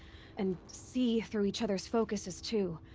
and. see. through each other's focuses too.